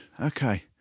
Okay